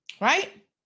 right